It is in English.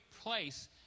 place